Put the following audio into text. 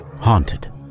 haunted